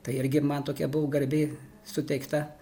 tai irgi man tokia buvo garbė suteikta